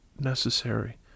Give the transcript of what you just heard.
necessary